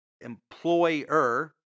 employer